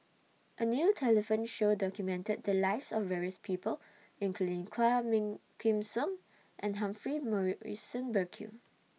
A New television Show documented The Lives of various People including Quah Kim Song and Humphrey Morrison Burkill